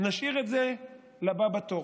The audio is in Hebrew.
נשאיר את זה לבא בתור.